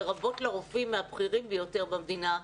לרבות לרופאים מהבכירים ביותר במדינה,